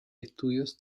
estudios